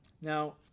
Now